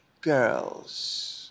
girls